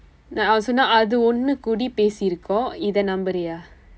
அவன் சொன்னான் அது ஒண்ணுக்குடி பேசிருக்கும் இதை நம்புகிறாயா:avan sonnaan athu onnukkudi paesirukkum ithai nampukirayaa